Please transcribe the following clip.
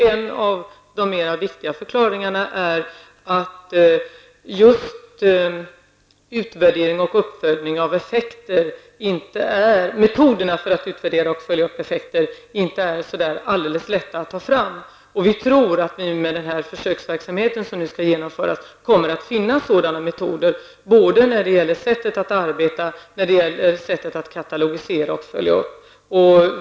En av de viktigare förklaringarna är att just metoder för utvärdering och uppföljning av effekter inte är alldeles lätta att ta fram. Vi tror att vi med den försöksverksamhet som nu skall genomföras kommer att finna sådana metoder, både när det gäller sättet att arbeta och när det gäller sättet att katalogisera och följa upp.